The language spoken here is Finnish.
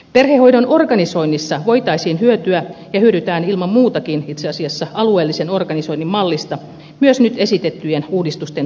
perhehoidon organisoinnissa voitaisiin hyötyä ja hyödytään itse asiassa ilman muuta alueellisen organisoinnin mallista myös nyt esitettyjen uudistusten toimeenpanossa